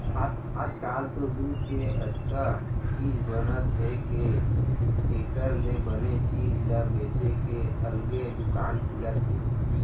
आजकाल तो दूद के अतका चीज बनत हे के एकर ले बने चीज ल बेचे के अलगे दुकान खुलत हे